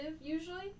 usually